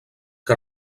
que